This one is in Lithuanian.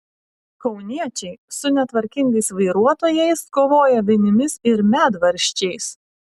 kauniečiai su netvarkingais vairuotojais kovoja vinimis ir medvaržčiais